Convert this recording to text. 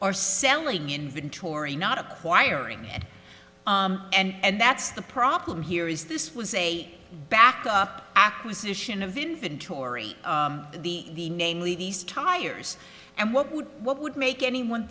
are selling inventory not acquiring and that's the problem here is this was a back up acquisition of inventory the namely these tires and what would what would make anyone